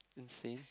insane